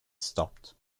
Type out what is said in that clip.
stopped